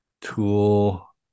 tool